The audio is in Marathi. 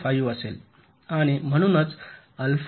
5 असेल आणि म्हणूनच अल्फा आय 0